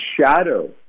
shadow